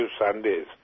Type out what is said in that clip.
Sundays